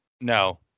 No